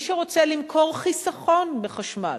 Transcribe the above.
מי שרוצה למכור חיסכון בחשמל,